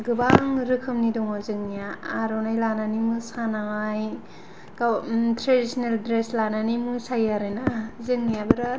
गोबां रोखोमनि दङ जोंनिया आर'नाइ लानानै मोसानाय गाव ट्रेडिशनेल ड्रेस लानानै मोसायो आरोना जोंनिया बिराद